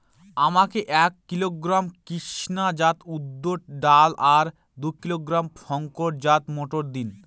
আমাকে এক কিলোগ্রাম কৃষ্ণা জাত উর্দ ডাল আর দু কিলোগ্রাম শঙ্কর জাত মোটর দিন?